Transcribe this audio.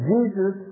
Jesus